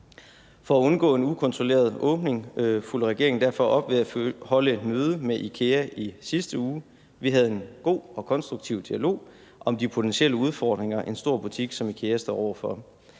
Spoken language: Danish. For at undgå en ukontrolleret åbning fulgte regeringen derfor op ved at holde et møde med IKEA i sidste uge. Vi havde en god og konstruktiv dialog om de potentielle udfordringer, en stor butik som IKEA står over for.